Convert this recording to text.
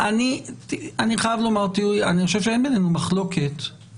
אני מתכוון לעמוד מאחורי דבריי שנאמרו כאן שאני בהחלט מתכוון